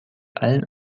allen